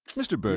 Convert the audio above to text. mr. but